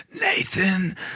Nathan